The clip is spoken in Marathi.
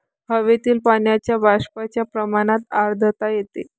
हवेतील पाण्याच्या बाष्पाच्या प्रमाणात आर्द्रता येते